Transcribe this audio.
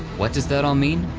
what does that all mean?